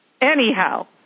Anyhow